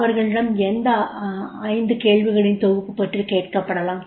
அவர்களிடம் அந்த 5 கேள்விகளின் தொகுப்பப் பற்றி கேட்கப்படலாம்